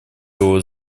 его